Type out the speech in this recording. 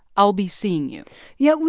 i'll be seeing you yeah.